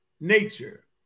nature